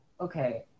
okay